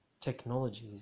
technologies